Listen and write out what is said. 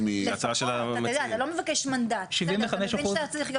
כמו שאתה רוצה לקדש את זכות המיעוט אתה צריך גם